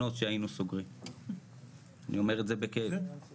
כי בסוף את כוח האדם הוא